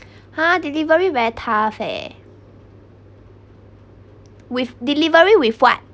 ha delivery very tough eh with delivery with what